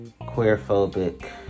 queerphobic